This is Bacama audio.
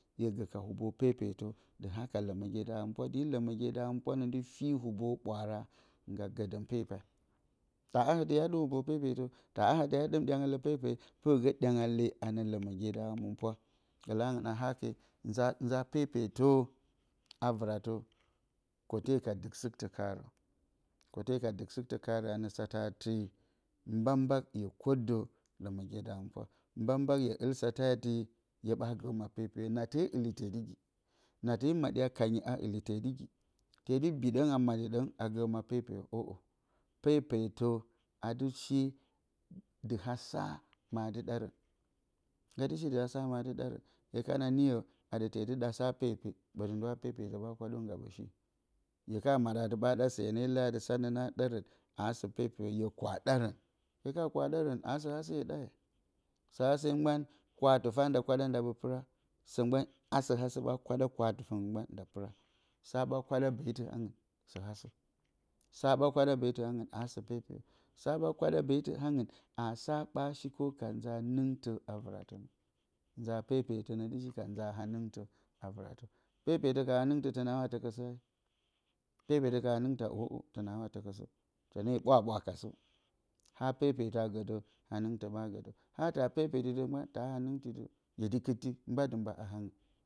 Hye gǝ ka hubo pepetǝ dɨ haka lǝmǝgye da hǝmɨnpwa lǝmǝgye da hǝmɨnpwa nǝ dɨ fii hubǝ ɓwaara nga gǝdǝn pepe taa aha dǝ hye dɨm hubo pepetǝ taa aha dǝ hye dɨm dyanga le pepeye pɨrgú dyanga le anǝ lǝmǝgyeda hǝmɨnpwa gǝlǝ angɨn a hake nza pepetǝ vɨratǝ kǝte ka duksɨt karǝ kǝte ka ɗuksɨk tǝ karǝ anǝ sata mbak mbak hye kǝdǝ lǝmegye da hǝmɨnpwa mbakmbak hye ul sate adɨ hye ɓa gǝ ma pepeyǝ na te uli tee dɨ gee na tee maɗi a uli tee dɨ gee tee bi dǝng a maɗǝ dǝng a gǝ ma pepeyǝ pepetǝ adɨ shi dɨ ha saa ma dɨ ɗarǝn nga dɨ shi dɨ ha mye dɨ ɗarǝn hye kana niyǝ atɨ tee ɗa sa pepe ya peptǝ ɓa kwadǝ nga ɓǝ shi. hye ka maɗa ɓa ɗa se hye leyi atɨ sanǝ aasǝ pepeyǝ hye kwa ɗarǝn, hye kwa ɗarǝn asɨ hase hye ɗayǝ sǝhase mgban kwatɨfa nda kwadan nd ɓlu npɨra sǝ mgban asɨ hasǝ ɓa kwaɗa kwatɨngɨn mgban a pɨra sǝ hasǝ sa ɓa kwada betǝ angɨn pepeyǝsaa ɓa kwada beti angɨn asǝ pepeyǝ asa ɓa shi kǝu ka hanɨngtǝ a vɨratǝ nza pepetǝ nǝ dɨ hika nza haningtǝ a vɨratǝ, pepetǝ ka hanɨngtǝ tǝnaawa tǝkǝsǝ pepetǝ ka hanɨngtǝ oo tɨna wa tǝkǝsǝ tǝne ɓwaɓwa ka sǝ ha pepeta gǝ dǝ hanɨngtǝ ɓa gǝ dǝ ha taa pepeti dǝ mgban taa hanɨngtǝ yedi kutti mba dɨ mba a hangɨn,